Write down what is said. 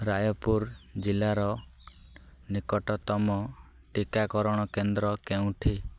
ରାୟପୁର ଜିଲ୍ଲାର ନିକଟତମ ଟିକାକରଣ କେନ୍ଦ୍ର କେଉଁଠି